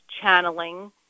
channeling